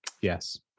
Yes